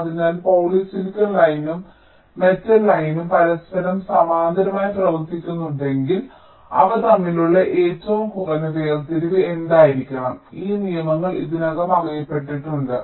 അതിനാൽ പോളിസിലിക്കൺ ലൈനും മെറ്റൽ ലൈനും പരസ്പരം സമാന്തരമായി പ്രവർത്തിക്കുന്നുണ്ടെങ്കിൽ അവ തമ്മിലുള്ള ഏറ്റവും കുറഞ്ഞ വേർതിരിവ് എന്തായിരിക്കണം ഈ നിയമങ്ങൾ ഇതിനകം അറിയപ്പെട്ടിട്ടുണ്ട്